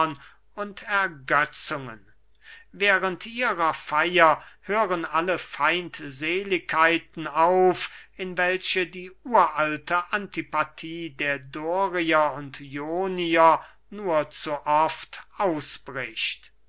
und ergetzungen während ihrer feier hören alle feindseligkeiten auf in welche die uralte antipathie der dorier und ionier nur zu oft ausbricht